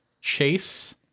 Chase